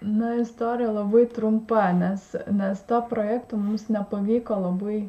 na istorija labai trumpa nes mes to projekto mums nepavyko labai